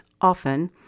often